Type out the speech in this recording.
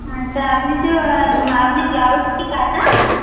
আচ্ছা আপনি তো আপনি ব্লাউজ কি কাটান